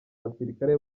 basirikare